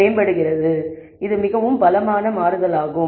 எனவே இது மிகவும் பலமான மாற்றம்